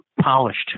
polished